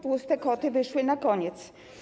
Tłuste koty wyszły na koniec.